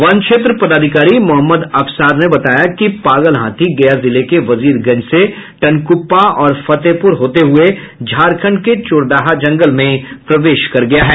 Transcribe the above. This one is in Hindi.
वन क्षेत्र पदाधिकारी मोहम्मद अफसार ने बताया कि पागल हाथी गया जिले के वजीरगंज से टनकुप्पा और फतेहपुर होते हुये झारखंड के चोरदाहा जंगल में प्रवेश कर गया है